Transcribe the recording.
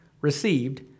received